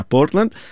Portland